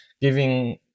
giving